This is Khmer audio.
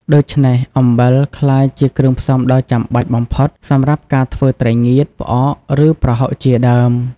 ដូច្នេះ អំបិលក្លាយជាគ្រឿងផ្សំដ៏ចាំបាច់បំផុតសម្រាប់ការធ្វើត្រីងៀត ផ្អក ឬប្រហុកជាដើម។